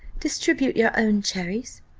distribute your own cherries.